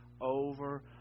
over